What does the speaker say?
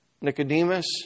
Nicodemus